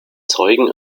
zeugen